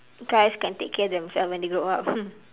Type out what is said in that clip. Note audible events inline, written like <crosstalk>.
guys can take care themselves when they grow up <laughs>